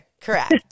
Correct